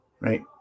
right